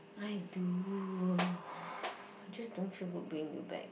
I do just don't feel good bringing you back